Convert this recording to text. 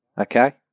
okay